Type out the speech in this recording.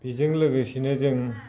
बेजों लोगोसेनो जों